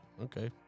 Okay